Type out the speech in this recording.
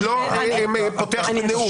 אני לא פותח נאום.